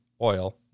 Oil